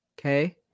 Okay